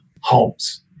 homes